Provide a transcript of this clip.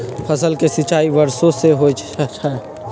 फसल के सिंचाई वर्षो से होई छई